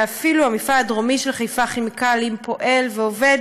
ואפילו המפעל הדרומי של חיפה כימיקלים פועל ועובד